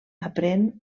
aprèn